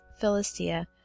Philistia